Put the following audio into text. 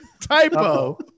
typo